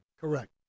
Correct